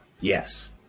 Yes